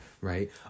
Right